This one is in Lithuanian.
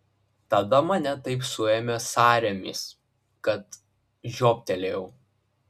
tada mane taip suėmė sąrėmis kad žioptelėjau